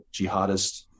jihadist